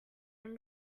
and